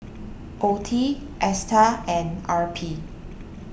Oeti Astar and R P